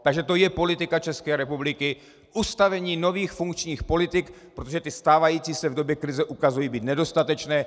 Takže to je politika České republiky ustavení nových funkčních politik, protože ty stávající se v době krize ukazují být nedostatečné.